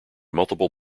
multiple